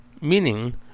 meaning